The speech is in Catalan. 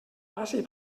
passi